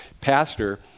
pastor